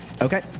Okay